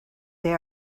they